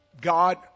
God